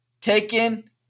taken